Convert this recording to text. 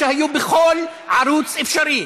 שהיו בכל ערוץ אפשרי,